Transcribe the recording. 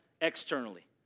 externally